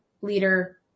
leader